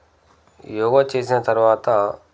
యోగా చేసిన తర్వాత